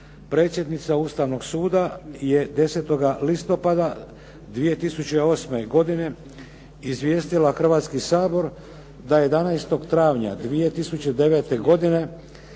predsjednica Ustavnog suda je 10. listopada 2008. godine izvijestila Hrvatski sabor da 11. travnja 2009. godine